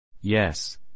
Yes